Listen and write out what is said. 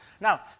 Now